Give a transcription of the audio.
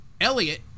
elliot